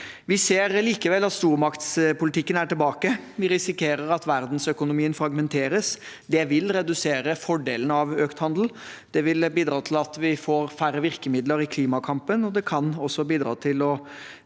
Vi ser likevel at stormaktspolitikken er tilbake. Vi risikerer at verdensøkonomien fragmenteres. Det vil redusere fordelene av økt handel, det vil bidra til at vi får færre virkemidler i klimakampen, og det kan også bidra til